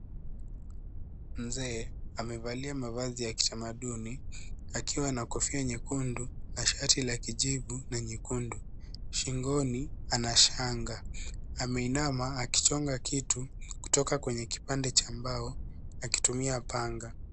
Mzee amevalia mavazi ya kitamaduni akiwa na kofia nyekundu na shati la kijivu na nyekundu shingoni ana shanga ameinama akichonga kitu kutoka kwenye kipande cha mbao akitumia panga.